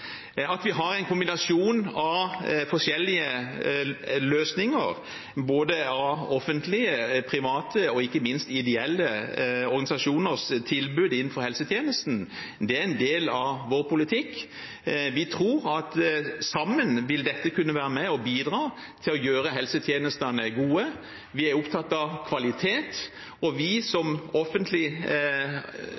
At vi har en kombinasjon av forskjellige løsninger, både av offentlige, private og ikke minst ideelle organisasjoners tilbud innenfor helsetjenesten, er en del av vår politikk. Vi tror at sammen vil dette kunne være med og bidra til å gjøre helsetjenestene gode. Vi er opptatt av kvalitet, og vi som